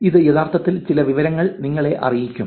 ഇത് യഥാർത്ഥത്തിൽ ചില വിവരങ്ങൾ നിങ്ങളെ അറിയിക്കും